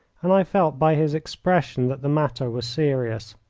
and i felt by his expression that the matter was serious.